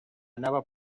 never